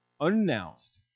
unannounced